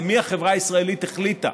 למי החברה הישראלית החליטה,